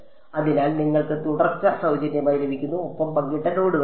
അതിനാൽ നിങ്ങൾക്ക് തുടർച്ച സൌജന്യമായി ലഭിക്കുന്നു ഒപ്പം പങ്കിട്ട നോഡുകളുമാണ്